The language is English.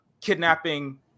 kidnapping